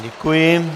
Děkuji.